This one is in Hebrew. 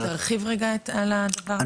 תרחיב רגע על הדבר הזה.